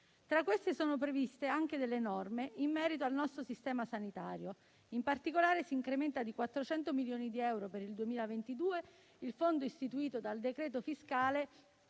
Tra queste sono previste anche delle norme in merito al nostro sistema sanitario. In particolare, si incrementa di 400 milioni di euro per il 2022 il fondo istituito dal decreto fiscale